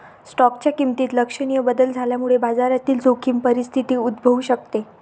स्टॉकच्या किमतीत लक्षणीय बदल झाल्यामुळे बाजारातील जोखीम परिस्थिती उद्भवू शकते